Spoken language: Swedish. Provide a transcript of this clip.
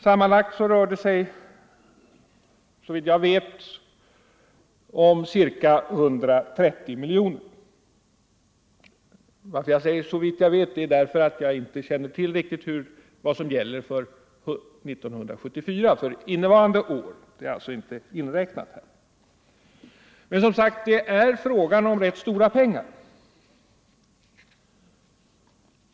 Sammanlagt rör det sig, såvitt jag vet, om ca 130 miljoner. Att jag säger ”såvitt jag vet” beror på att jag inte riktigt känner till vad som gäller för innevarande år, som alltså inte är inräknat. Men, som sagt, det är fråga om rätt stora pengar.